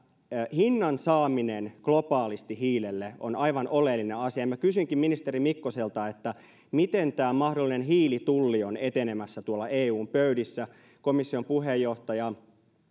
hinnan saaminen hiilelle globaalisti on aivan oleellinen asia minä kysyisinkin ministeri mikkoselta miten tämä mahdollinen hiilitulli on etenemässä eun pöydissä myöskin komission puheenjohtaja